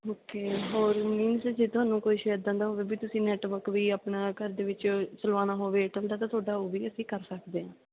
okay ਹੋਰ means ਜੇ ਤੁਹਾਨੂੰ ਕੁਛ ਇੱਦਾਂ ਦਾ ਹੋਵੇ ਵੀ ਤੁਸੀਂ ਨੈਟਵਰਕ ਵੀ ਆਪਣਾ ਘਰ ਦੇ ਵਿੱਚ ਚਲਵਾਉਣਾ ਹੋਵੇ ਏਅਰਟੈਲ ਦਾ ਤਾਂ ਤੁਹਾਡਾ ਉਹ ਵੀ ਅਸੀਂ ਕਰ ਸਕਦੇ ਹਾਂ